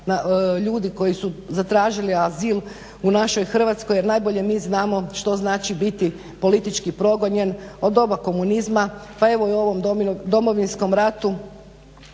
ljudi koji su zatražili azil u našoj Hrvatskoj, jer najbolje mi znamo što znači biti politički progonjen od doba komunizma pa evo i u ovom Domovinskom ratu